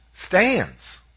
stands